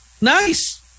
Nice